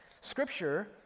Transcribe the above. Scripture